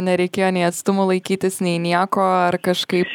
nereikėjo nei atstumų laikytis nei nieko ar kažkaip